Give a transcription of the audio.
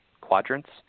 quadrants